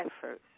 first